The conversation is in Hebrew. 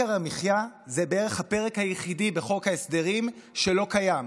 יוקר המחיה זה בערך הפרק היחידי בחוק ההסדרים שלא קיים,